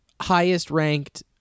highest-ranked